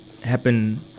happen